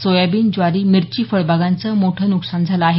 soybean ज्वारी मिरची फळबागांचं मोठं नुकसान झालं आहे